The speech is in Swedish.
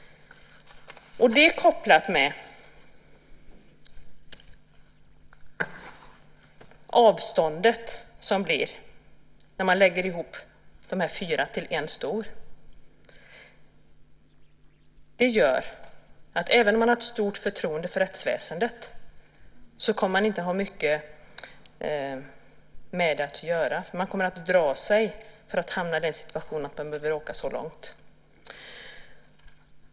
Detta kopplat till de avstånd som uppstår då dessa fyra läggs ihop till en stor gör att även om man har stort förtroende för rättsväsendet så kommer man inte att ha mycket med det att göra, eftersom man kommer att dra sig för att hamna i den situationen att man behöver åka så långt.